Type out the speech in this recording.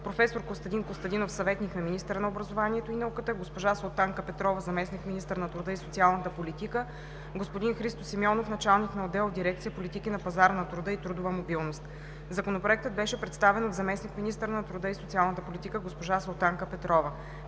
професор Костадин Костадинов, съветник на министъра на образованието и науката; госпожа Султанка Петрова, заместник-министър на труда и социалната политика; господин Христо Симеонов, началник на отдел в дирекция „Политики на пазара на труда и трудова мобилност“. Законопроектът беше представен от заместник-министъра на труда и социалната политика госпожа Султанка Петрова.